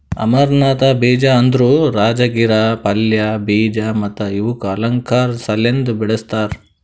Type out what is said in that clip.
amaranth ಬೀಜ ಅಂದುರ್ ರಾಜಗಿರಾ ಪಲ್ಯ, ಬೀಜ ಮತ್ತ ಇವುಕ್ ಅಲಂಕಾರ್ ಸಲೆಂದ್ ಬೆಳಸ್ತಾರ್